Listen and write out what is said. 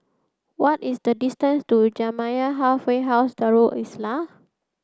what is the distance to Jamiyah Halfway House Darul Islah